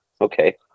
okay